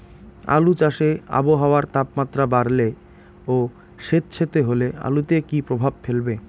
আলু চাষে আবহাওয়ার তাপমাত্রা বাড়লে ও সেতসেতে হলে আলুতে কী প্রভাব ফেলবে?